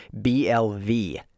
BLV